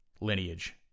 lineage